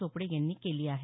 चोपडे यांनी केली आहे